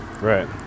Right